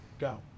go